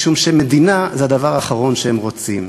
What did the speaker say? משום שמדינה זה הדבר האחרון שהם רוצים.